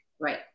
Right